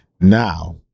Now